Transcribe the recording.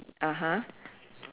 (uh huh)